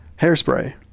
Hairspray